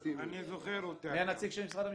מי הנציג של משרד המשפטים?